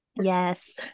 Yes